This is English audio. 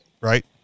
right